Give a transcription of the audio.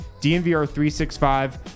DNVR365